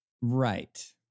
Right